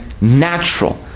natural